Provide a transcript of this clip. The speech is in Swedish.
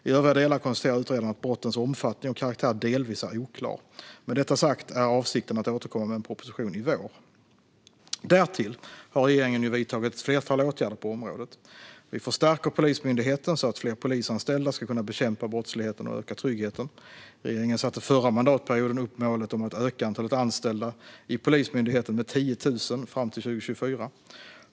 I övriga delar konstaterar utredaren att brottens omfattning och karaktär delvis är oklar. Med detta sagt är avsikten att återkomma med en proposition i vår. Därtill har regeringen vidtagit ett flertal åtgärder på området. Vi förstärker Polismyndigheten så att fler polisanställda ska kunna bekämpa brottsligheten och öka tryggheten. Regeringen satte förra mandatperioden upp målet om att öka antalet anställda i Polismyndigheten med 10 000 fram till 2024.